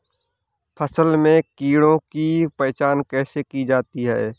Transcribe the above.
फसल में कीड़ों की पहचान कैसे की जाती है?